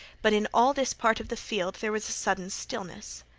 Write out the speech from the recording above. but in all this part of the field there was a sudden stillness.